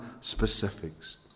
specifics